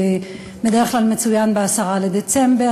שבדרך כלל מצוין ב-10 בדצמבר,